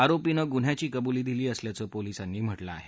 आरोपीनं गुन्ह्याची कबुली दिली असल्याचं पोलीसांनी म्हटलं आहे